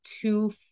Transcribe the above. two